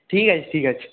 ঠিক আছে ঠিক আছে